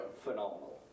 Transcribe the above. Phenomenal